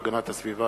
התרבות והספורט,